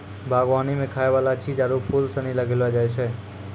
बागवानी मे खाय वाला चीज आरु फूल सनी लगैलो जाय छै